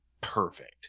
perfect